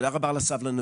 תודה רבה על הסבלנות,